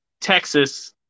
Texas